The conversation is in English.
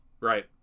Right